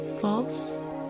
false